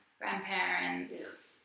grandparents